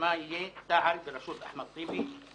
ששמה יהיה 'תע"ל בראשות אחמד טיבי'.